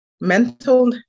Mental